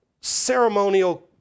ceremonial